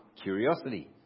curiosity